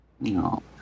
No